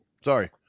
Sorry